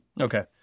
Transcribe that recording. Okay